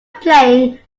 playing